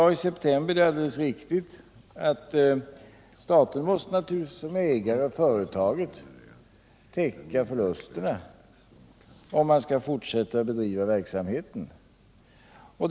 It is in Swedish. Det är alldeles riktigt att jag i septemeber sade att staten som ägare av företaget naturligtvis måste täcka förlusterna, om verksamheten skall kunna bedrivas i fortsättningen.